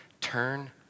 Turn